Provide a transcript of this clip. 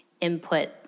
input